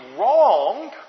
wrong